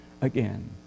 again